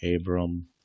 Abram